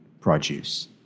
produce